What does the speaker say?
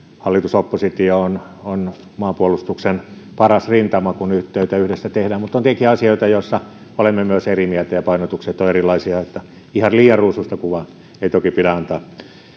hallitus oppositio on on maanpuolustuksen paras rintama kun töitä yhdessä tehdään mutta on tietenkin asioita joissa olemme myös eri mieltä ja painotukset ovat erilaisia niin että ihan liian ruusuista kuvaa ei toki pidä antaa